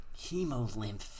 Hemolymph